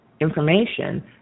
information